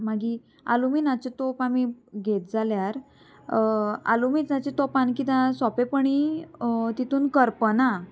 मागीर आलुमिनाचे तोप आमी घेत जाल्यार आलुमिनाचे तोपान किद्या सोंपेपणी तितून करपना